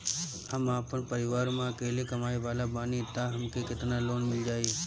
हम आपन परिवार म अकेले कमाए वाला बानीं त हमके केतना लोन मिल जाई?